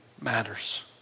matters